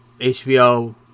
HBO